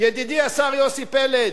ידידי השר יוסי פלד,